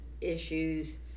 issues